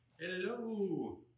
Hello